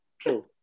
True